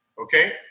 Okay